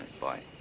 Bye